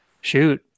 shoot